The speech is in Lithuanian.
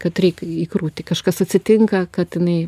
kad reik į krūtį kažkas atsitinka kad jinai